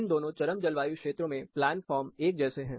इन दोनों चरम जलवायु क्षेत्रों में प्लान फॉर्म एक जैसे हैं